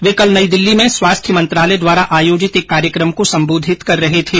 वे कल नई दिल्ली में स्वास्थ्य मंत्रालय द्वारा आयोजित एक कार्यक्रम को संबोधित कर रहे थे